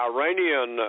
Iranian